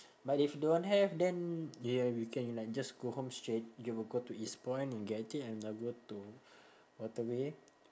but if don't have then yeah we can like just go home straight you will go to eastpoint and get it and I'll go to waterway